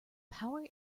power